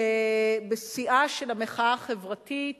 בשיאה של המחאה החברתית